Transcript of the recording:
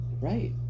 Right